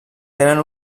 tenen